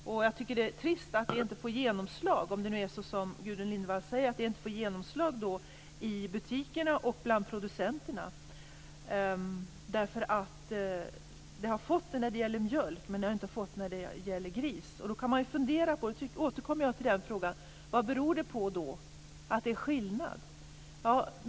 Jag tycker också, om det nu är som Gudrun Lindvall säger, att det är trist att detta inte får genomslag i butikerna och bland producenterna. Det har ju fått genomslag när det gäller mjölk men alltså inte när det gäller gris. Då kan man fundera - jag återkommer således till den frågan - över vad skillnaden beror på.